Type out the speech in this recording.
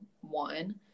one